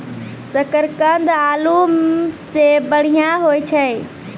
शकरकंद आलू सें बढ़िया होय छै